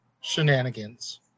Shenanigans